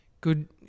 Good